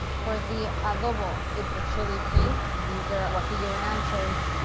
for the adobo, it's a chili paste. these are guajillo and anchos.